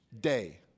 day